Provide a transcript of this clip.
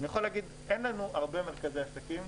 אני יכול להגיד שאין לנו הרבה מרכזי עסקים.